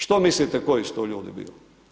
Što mislite koji su to ljudi bili?